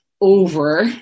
over